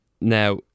now